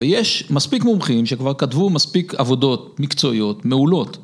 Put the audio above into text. יש מספיק מומחים שכבר כתבו מספיק עבודות מקצועיות מעולות.